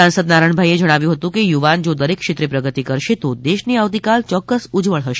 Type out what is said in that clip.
સાંસદ નારાયણ ભાઈએ જણાવ્યું હતું કે યુવાન જો દરેક ક્ષેત્રે પ્રગતી કરશે તો દેશની આવતીકાલ યોક્કસ ઉજ્જવળ હશે